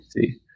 see